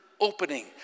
opening